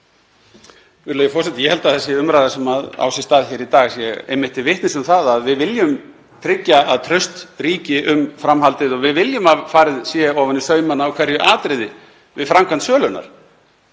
Virðulegi forseti. Ég held að sú umræða sem á sér stað hér í dag sé einmitt til vitnis um að við viljum tryggja að traust ríki um framhaldið og við viljum að farið sé ofan í saumana á hverju atriði við framkvæmd sölunnar.